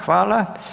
Hvala.